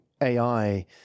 AI